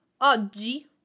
oggi